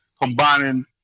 combining